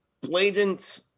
blatant